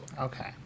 okay